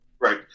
Right